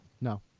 No